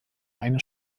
eine